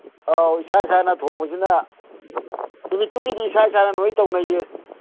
ꯑꯥꯎ ꯏꯁꯥ ꯏꯁꯥꯅ ꯊꯣꯡꯕꯁꯤꯅ ꯅꯨꯃꯤꯠꯇꯨꯒꯤꯗꯤ ꯏꯁꯥ ꯏꯁꯥꯅ ꯂꯣꯏꯅ ꯇꯧꯅꯩꯌꯦ